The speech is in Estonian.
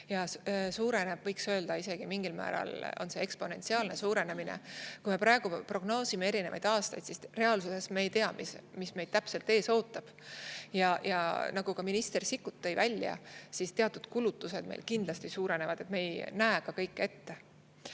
suureneb ja võiks öelda isegi, et mingil määral on see eksponentsiaalne suurenemine. Kui me praegu prognoosime erinevaid aastaid, siis reaalsuses me ei tea, mis meid täpselt ees ootab. Ja nagu ka minister Sikkut tõi välja, teatud kulutused meil kindlasti suurenevad. Me ei näe ka kõike ette.